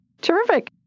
Terrific